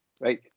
right